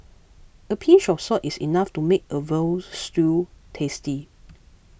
a pinch of salt is enough to make a Veal Stew tasty